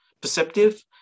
perceptive